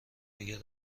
دیگه